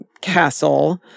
castle